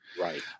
right